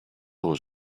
was